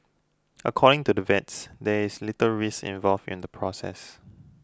according to the vets there is little risk involved in the process